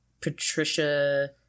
Patricia